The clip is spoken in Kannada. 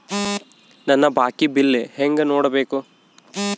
ನನ್ನ ಬಾಕಿ ಬಿಲ್ ಹೆಂಗ ನೋಡ್ಬೇಕು?